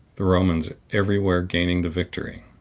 the romans every where gaining the victory.